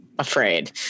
Afraid